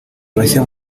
bashya